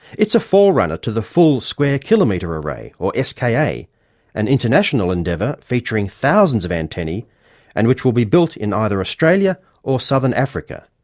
it's a forerunner to the full square kilometre array, or ska, an international endeavour featuring thousands of antennae and which will be built in either australia or southern africa.